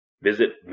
Visit